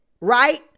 Right